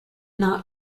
not